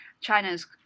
China's